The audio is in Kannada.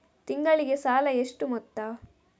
ತಿಂಗಳಿಗೆ ಸಾಲ ಎಷ್ಟು ಮೊತ್ತ?